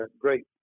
great